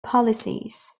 policies